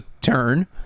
turn